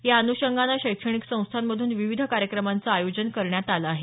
या अन्षगानं शैक्षणिक संस्थांमधून विविध कार्यक्रमांचं आयोजन करण्यात आलं आहे